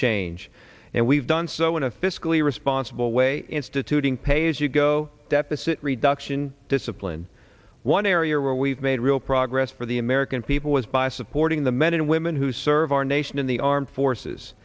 change and we've done so in a fiscally responsible way instituting pay as you go deficit reduction discipline one area where we've made real progress for the american people was by supporting the men and women who serve our nation in the armed forces